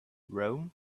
rome